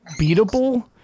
beatable